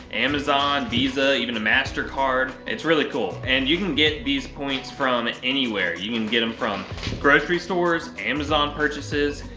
amazon, visa, even a mastercard. it's really cool. and you can get these points from anywhere. you can get them from grocery stores, amazon purchases,